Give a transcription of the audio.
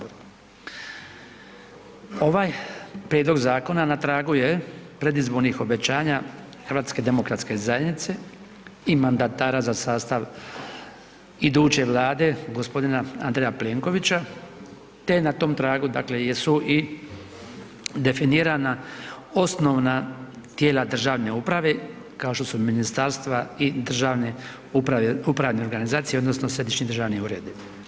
Ovaj prijedlog zakona na tragu je predizbornih obećanja HDZ-a i mandatara za sastav iduće vlade g. Andreja Plenkovića, te na tom tragu dakle jesu i definirana osnovna tijela državne uprave kao što su ministarstva i državne upravne organizacije odnosno središnji državni uredi.